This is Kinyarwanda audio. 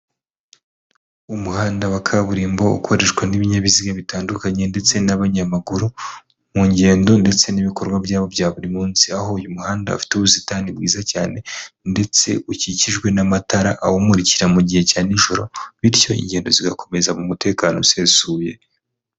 Umuhanda wa kaburimbo ukoreshwa n'ibinyabiziga bitandukanye ndetse n'abanyamaguru mu ngendo ndetse n'ibikorwa byabo bya buri munsi, aho uyu muhanda ufite ubusitani bwiza cyane ndetse ukikijwe n'amatara awumurikira mu gihe cya nijoro bityo ingendo zigakomeza mu mutekano usesuye.